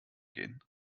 gehen